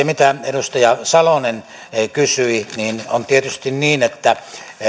mitä edustaja salonen kysyi niin on tietysti niin että